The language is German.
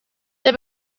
der